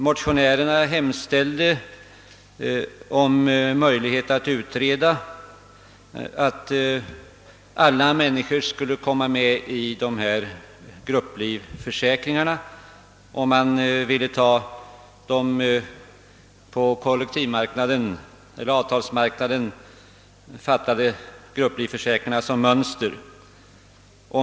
Motionärerna hemställde om utredning av möjligheterna att låta alla människor bli delaktiga i grupplivförsäkringarna, och man ville därvid ha de på avtalsmarknaden tillkomna grupplivförsäkringarna som mönster.